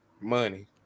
Money